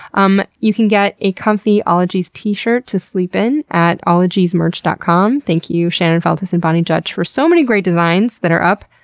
um you can get a comfy ologies t-shirt to sleep in at ologiesmerch dot com. thank you shannon feltus and boni dutch for so many great designs that are up.